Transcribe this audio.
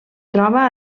troba